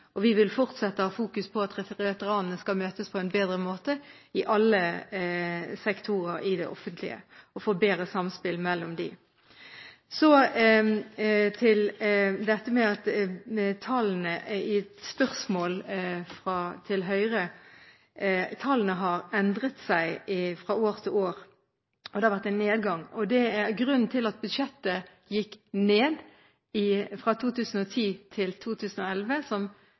og vi vil fortsette å ha fokus på at veteranene skal møtes på en bedre måte i alle sektorer i det offentlige, og forbedre samspillet mellom dem. Så til dette med tallene i spørsmålet fra Høyre: Tallene har endret seg fra år til år, og det har vært en nedgang. Grunnen til at budsjettet gikk ned fra 2010 til 2011, som representanten Kristiansen viste til, var i hovedsak at bevilgningen i saldert budsjett 2011 for operasjoner i utlandet gikk ned som